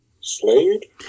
Slade